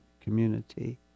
community